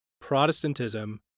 Protestantism